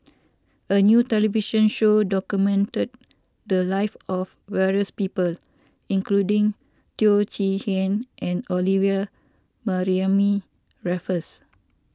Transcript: a new television show documented the live of various people including Teo Chee Hean and Olivia Mariamne Raffles